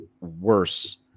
worse